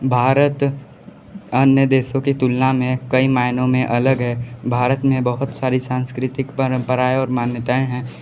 भारत अन्य देशों की तुलना में कई मायनों में अलग है भारत में बहुत सारी सांस्कृतिक परंपरा और मान्यताएं